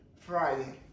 Friday